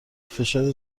فشار